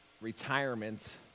retirement